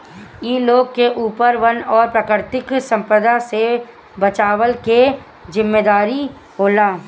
इ लोग के ऊपर वन और प्राकृतिक संपदा से बचवला के जिम्मेदारी होला